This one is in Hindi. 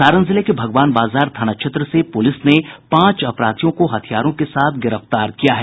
सारण जिले के भगवान बाजार थाना क्षेत्र से पुलिस ने पांच अपराधियों को हथियारों के साथ गिरफ्तार किया है